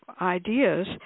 ideas